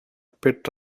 pet